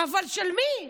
אבל של מי?